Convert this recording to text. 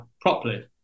properly